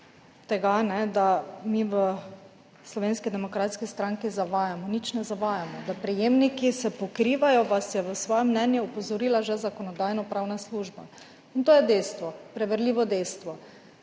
tega, da mi v Slovenski demokratski stranki zavajamo. Nič ne zavajamo. Da se prejemniki pokrivajo, vas je v svojem mnenju opozorila že Zakonodajno-pravna služba. In to je dejstvo, preverljivo dejstvo.